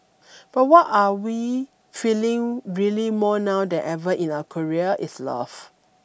but what are we feeling really more now than ever in our career is love